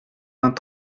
vingt